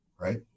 right